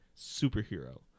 superhero